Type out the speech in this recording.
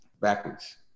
backwards